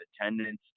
attendance